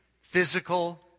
physical